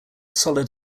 solid